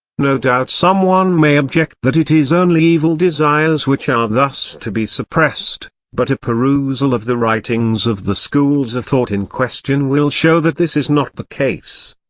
no doubt some one may object that it is only evil desires which are thus to be suppressed but a perusal of the writings of the schools of thought in question will show that this is not the case.